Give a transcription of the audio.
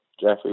Jeffrey